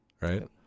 right